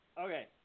Okay